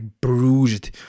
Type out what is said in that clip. bruised